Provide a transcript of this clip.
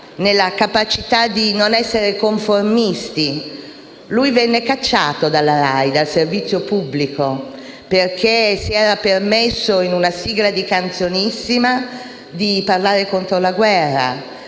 nella capacità di non essere conformisti. Venne cacciato dalla RAI, dal servizio pubblico, perché si era permesso, in una sigla di «Canzonissima», di parlare contro la guerra